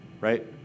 right